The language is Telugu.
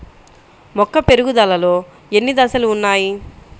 మొక్క పెరుగుదలలో ఎన్ని దశలు వున్నాయి?